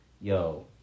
Yo